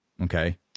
Okay